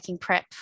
PrEP